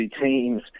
teams